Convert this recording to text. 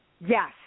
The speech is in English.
Yes